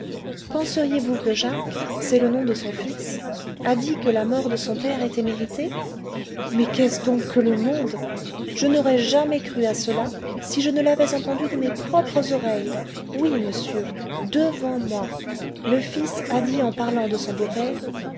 penseriez-vous que jacques c'est le nom de son fils a dit que la mort de son père était méritée mais qu'est-ce donc que le monde je n'aurais jamais cru à cela si je ne l'avais entendu de mes propres oreilles oui monsieur devant moi le fils a dit en pariant de son beau-père